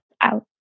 out